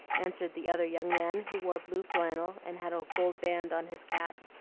answered the other young man, who wore blue flannel and had a gold band on his cap.